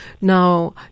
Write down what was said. now